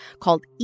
called